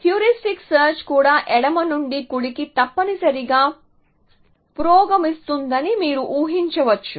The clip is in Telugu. హ్యూరిస్టిక్ సెర్చ్ కూడా ఎడమ నుండి కుడికి తప్పనిసరిగా పురోగమిస్తుందని మీరు ఊహించవచ్చు